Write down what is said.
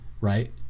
right